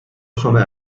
sona